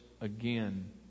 again